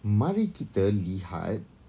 mari kita lihat